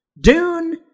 Dune